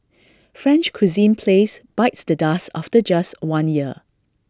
French cuisine place bites the dust after just one year